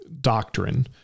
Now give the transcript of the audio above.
doctrine